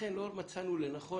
לכן לא מצאתי לנכון